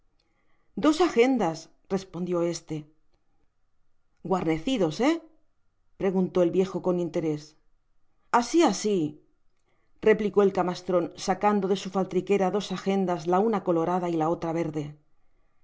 dos agenda respondió este guarnecidos he preguntó el viejo con interes asi asi replicó el camastron sacando de su faltriquera dos agenda la una colorada y la otra verde no